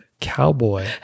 cowboy